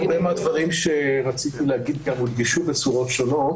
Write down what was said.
הרבה מהדברים שרציתי להגיד הודגשו בצורות שונות.